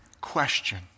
question